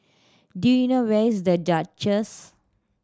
do you know where is The Duchess